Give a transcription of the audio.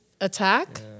attack